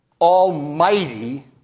Almighty